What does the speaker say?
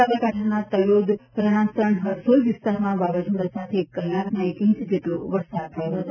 સાબરકાંઠાના તલોદ રણાસણ હરસોલ વિસ્તારમાં વાવાઝોડા સાથે એક કલાકમાં એક ઈંચ વરસાદ થયો હતો